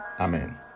Amen